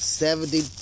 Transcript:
seventy